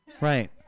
Right